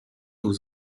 aux